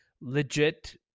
legit